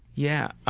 yeah, ah